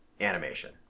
animation